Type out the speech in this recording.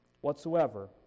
whatsoever